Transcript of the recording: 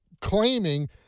claiming